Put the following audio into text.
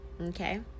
Okay